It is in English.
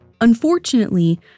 Unfortunately